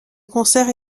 concert